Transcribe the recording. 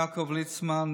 יעקב ליצמן,